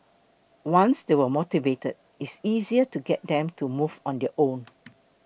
once they are motivated it's easier to get them to move on their own